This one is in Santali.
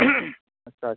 ᱟᱪᱪᱷᱟ